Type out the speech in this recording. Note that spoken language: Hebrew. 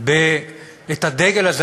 את הדגל הזה,